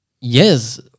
yes